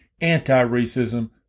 anti-racism